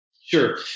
Sure